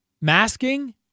masking